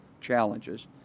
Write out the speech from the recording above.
challenges